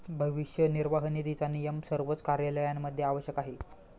भविष्य निर्वाह निधीचा नियम सर्वच कार्यालयांमध्ये आवश्यक आहे